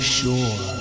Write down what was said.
sure